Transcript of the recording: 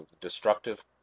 destructive